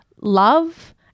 love